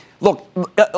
Look